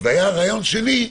והיה רעיון שלי,